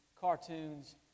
cartoons